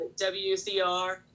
WCR